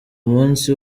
munsi